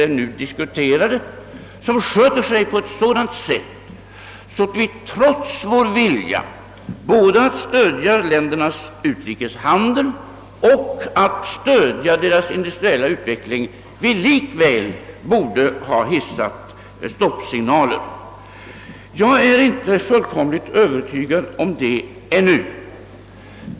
det nu diskuterade — som sköter sig på ett sådant sätt att vi, trots vår vilja att stödja både ländernas utrikeshandel och deras industriella utveckling, likväl borde ha hissat stoppsignaler? Jag är ännu inte fullkomligt övertygad om det.